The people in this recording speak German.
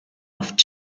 oft